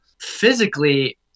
physically